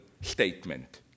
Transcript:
statement